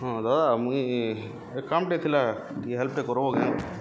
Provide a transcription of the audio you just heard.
ହଁ ଦାଦା ମୁଇଁ ଏ କାମ୍ଟେ ଥିଲା ଟିକେ ହେଲ୍ପଟେ କର୍ବ କେଁ